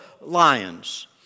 lions